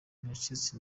ntiyacitse